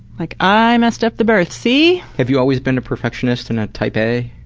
like i messed up the birth, see? have you always been a perfectionist and a type a?